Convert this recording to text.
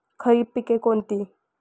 खरीप पिके कोणती?